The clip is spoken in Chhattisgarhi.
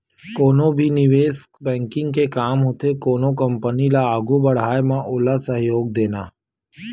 कोनो भी निवेस बेंकिग के काम होथे कोनो कंपनी ल आघू बड़हाय म ओला सहयोग देना